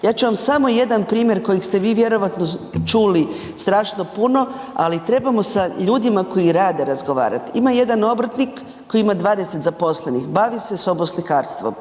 Ja ću vam samo jedan primjer kojeg ste vi vjerojatno čuli strašno puno, ali trebao sa ljudima koji rade razgovarati. Ima jedan obrtnik koji ima 20 zaposlenih, bavi se soboslikarstvom,